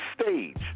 stage